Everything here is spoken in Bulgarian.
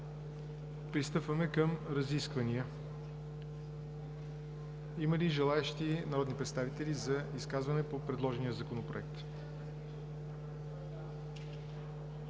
Пристъпваме към разисквания. Има ли желаещи народни представители за изказване по предложения Законопроект?